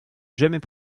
jamais